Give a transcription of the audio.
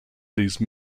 these